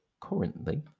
currently